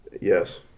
Yes